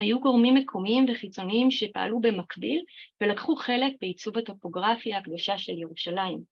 היו גורמים מקומיים וחיצוניים שפעלו במקביל, ולקחו חלק בעיצוב הטופוגרפיה הקדושה של ירושלים.